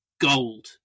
Gold